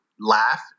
laugh